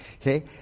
Okay